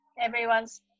everyone's